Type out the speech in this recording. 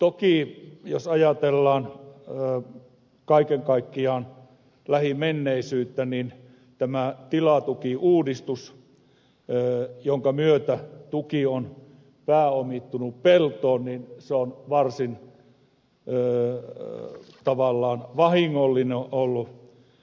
toki jos ajatellaan kaiken kaikkiaan lähimenneisyyttä niin tämä tilatukiuudistus jonka myötä tuki on pääomittunut peltoon on tavallaan varsin vahingollinen ollut